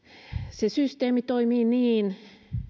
se systeemi toimii niin